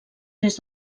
des